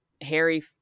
Harry